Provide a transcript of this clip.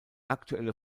aktuelle